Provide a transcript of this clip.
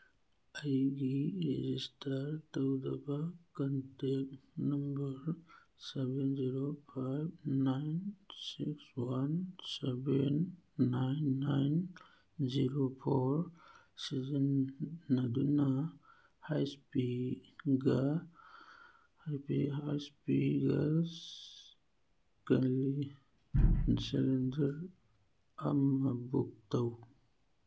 ꯑꯩꯒꯤ ꯔꯦꯖꯤꯁꯇꯔ ꯇꯧꯔꯕ contact number seven zero five nine six one seven nine nine zero four ꯁꯤꯖꯤꯟꯅꯗꯨꯅ ꯍꯩꯁ ꯄꯤꯒ ꯍꯩꯁ ꯄꯤ ꯒ꯭ꯌꯥꯁ ꯀꯦꯂꯤ ꯖꯦꯗꯔ ꯑꯃ ꯕꯨꯛ ꯇꯧ